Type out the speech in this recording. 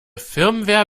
firmware